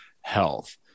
health